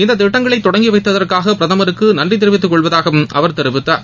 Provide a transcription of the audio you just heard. இந்த திட்டங்களை தொடங்கி வைத்ததற்காக பிரதமருக்கு நன்றி தெரிவித்துக்கொள்வதாகவும் அவர் தெரிவித்தார்